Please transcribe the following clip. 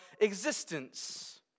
existence